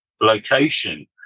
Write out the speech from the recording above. location